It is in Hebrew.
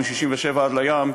ומ-67' עד לים,